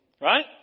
right